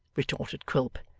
retorted quilp,